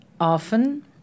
often